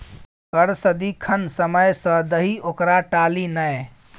कर सदिखन समय सँ दही ओकरा टाली नै